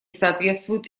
соответствуют